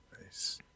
Nice